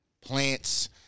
Plants